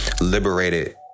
liberated